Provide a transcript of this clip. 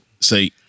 say